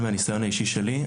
מהניסיון האישי שלי,